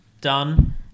done